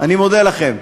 אני מודה לכם.